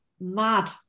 mad